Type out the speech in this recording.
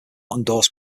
endorsed